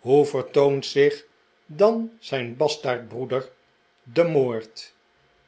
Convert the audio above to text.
hoe vertoont zich dan zijn bastaardbroeder de moord